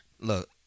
Look